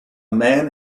man